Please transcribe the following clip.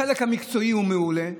החלק המקצועי הוא מעולה,